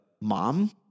mom